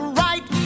right